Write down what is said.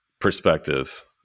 perspective